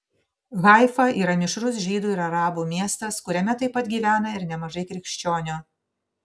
haifa yra mišrus žydų ir arabų miestas kuriame taip pat gyvena ir nemažai krikščionių